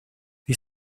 wie